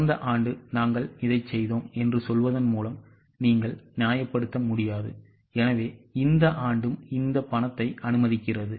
கடந்த ஆண்டு நாங்கள் இதைச் செய்தோம் என்று சொல்வதன் மூலம் நீங்கள் நியாயப்படுத்த முடியாது எனவே இந்த ஆண்டும் இந்த பணத்தை அனுமதிக்கிறது